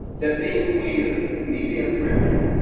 that being queer, and me being a queer man,